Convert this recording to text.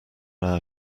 hour